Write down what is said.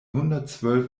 hundertzwölf